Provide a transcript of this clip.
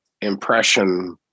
impression